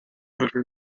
utter